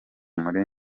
muri